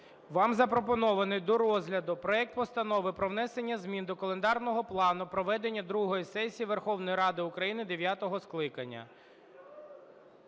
за основу і в цілому проект Постанови про внесення змін до календарного плану проведення другої сесії Верховної Ради України дев'ятого скликання